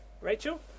Rachel